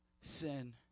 Sin